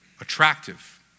attractive